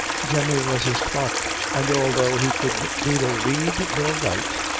jemmy was his clerk, and although he could neither read nor write,